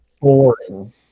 Boring